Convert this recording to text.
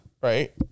right